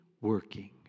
working